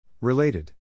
Related